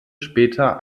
später